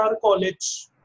college